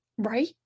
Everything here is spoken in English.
Right